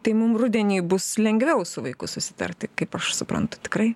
tai mum rudenį bus lengviau su vaiku susitarti kaip aš suprantu tikrai